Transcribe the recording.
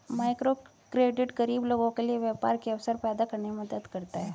microcredit गरीब लोगों के लिए व्यापार के अवसर पैदा करने में मदद करता है